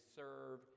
serve